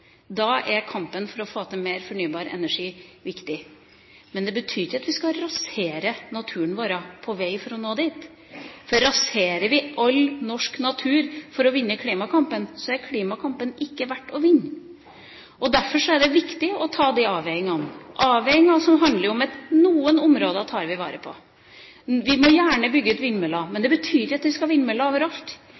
Da er kampen for å få til mer fornybar energi viktig. Men det betyr ikke at vi skal rasere naturen på vår vei for å nå dit, for raserer vi all norsk natur for å vinne klimakampen, så er ikke klimakampen verdt å vinne. Derfor er det viktig å ta de avveiningene, avveininger som handler om at vi tar vare på noen områder. Vi må gjerne bygge ut vindmøller, men det betyr ikke at vi skal ha vindmøller overalt.